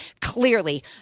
Clearly